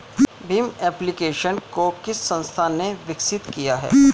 Bhim application को किस संस्था ने विकसित किया है?